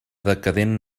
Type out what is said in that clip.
decadent